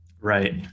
right